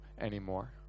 anymore